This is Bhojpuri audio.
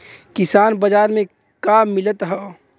किसान बाजार मे का मिलत हव?